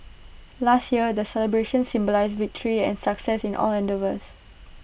last year the celebrations symbolised victory and success in all endeavours